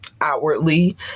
Outwardly